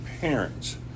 parents